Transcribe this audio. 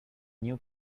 new